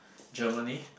Germany